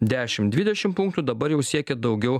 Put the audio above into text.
dešim dvidešim punktų dabar jau siekia daugiau